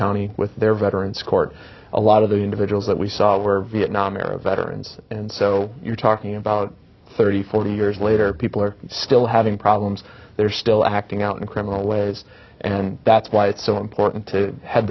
county with their veterans court a lot of the individuals that we saw where vietnam era veterans and so you're talking about thirty forty years later people are still having problems they're still acting out in criminal ways and that's why it's so important to have